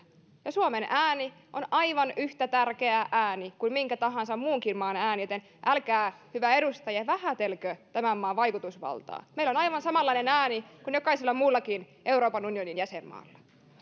ja suomen ääni on aivan yhtä tärkeä ääni kuin minkä tahansa muunkin maan ääni joten älkää hyvä edustaja vähätelkö tämän maan vaikutusvaltaa meillä on aivan samanlainen ääni kuin jokaisella muullakin euroopan unionin jäsenmaalla